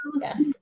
Yes